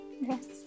Yes